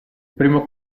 primo